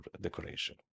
decoration